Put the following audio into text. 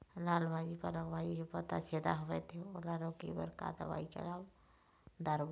लाल भाजी पालक भाजी के पत्ता छेदा होवथे ओला रोके बर का दवई ला दारोब?